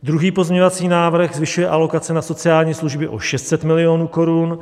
Druhý pozměňovací návrh zvyšuje alokace na sociální služby o 600 milionů korun.